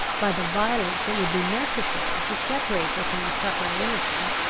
by the violence that would be necessary to separate her from the suffering innocent,